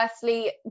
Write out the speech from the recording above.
firstly